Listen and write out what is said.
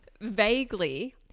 vaguely